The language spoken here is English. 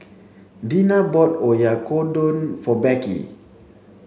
Deena bought Oyakodon for Becky